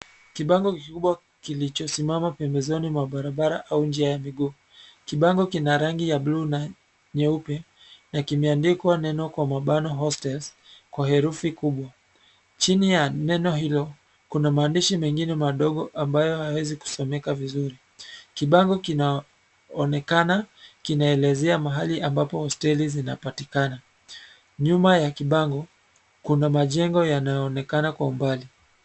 Kibango kikubwa kilichosimama pembezoni mwa barabara au njia ya miguu. Kibango kina rangi ya bluu na nyeupe, na kimeandikwa neno kwa mabano Hostels , kwa herufi kubwa. Chini ya neno hilo, kuna maandishi mengine madogo ambayo hayawezi kusomeka vizuri. Kibango kinaonekana kinaelezea mahali ambapo hosteli zinapatikana. Nyuma ya kibango, kuna majengo yanayoonekana kwa umbali.